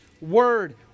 Word